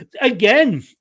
Again